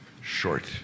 short